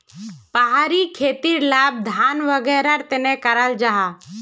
पहाड़ी खेतीर लाभ धान वागैरहर तने कराल जाहा